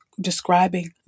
describing